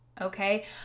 okay